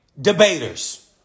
Debaters